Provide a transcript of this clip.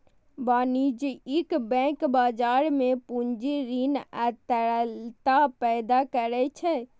वाणिज्यिक बैंक बाजार मे पूंजी, ऋण आ तरलता पैदा करै छै